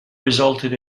resulted